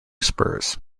spurs